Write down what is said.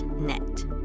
net